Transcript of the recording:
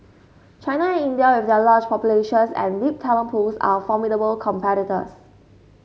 China and India with their large populations and deep talent pools are formidable competitors